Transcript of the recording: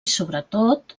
sobretot